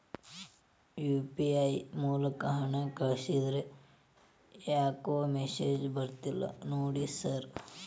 UPI ಮೂಲಕ ಹಣ ಕಳಿಸಿದ್ರ ಯಾಕೋ ಮೆಸೇಜ್ ಬರ್ತಿಲ್ಲ ನೋಡಿ ಸರ್?